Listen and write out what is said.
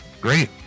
Great